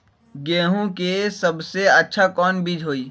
गेंहू के सबसे अच्छा कौन बीज होई?